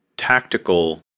tactical